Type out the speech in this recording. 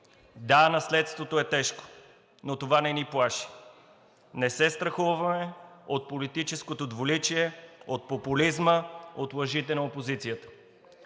Да, наследството е тежко, но това не ни плаши, не се страхуваме от политическото двуличие, от популизма, от лъжите на опозицията.